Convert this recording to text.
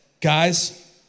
guys